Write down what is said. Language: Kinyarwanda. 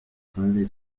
kandi